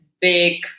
big